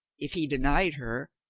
if he denied her,